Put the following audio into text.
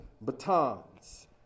batons